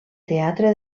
teatre